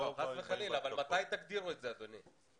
לא, חס וחלילה, אבל מתי תגדירו את זה, אדוני?